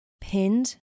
pinned